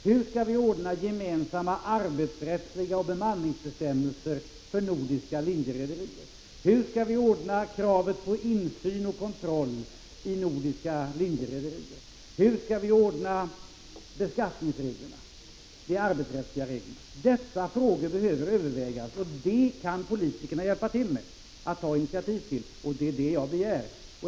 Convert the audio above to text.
Hur skall vi ordna gemensamma arbetsrättsliga bestämmelser och bemanningsbestämmelser för nordiska linjerederier? Hur skall vi ordna kravet på insyn och kontroll i nordiska linjerederier? Hur skall vi ordna beskattningsreglerna och de arbetsrättsliga reglerna? Dessa frågor behöver övervägas, och det kan politikerna hjälpa till med att ta initiativ till. Det är det jag begär.